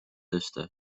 tõsta